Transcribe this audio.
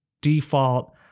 default